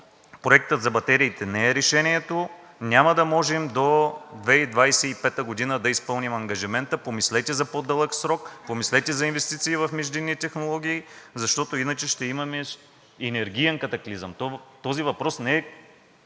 проектът за батериите не е решението. Няма да можем до 2025 г. да изпълним ангажимента. Помислете за по-дълъг срок, помислете за инвестиции в междинни технологии, защото иначе ще имаме енергиен катаклизъм. Този въпрос не е